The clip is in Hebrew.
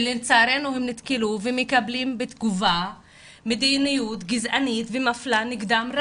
לצערנו הם נתקלו ומקבלים בתגובה מדיניות גזענית ומפלה נגדם,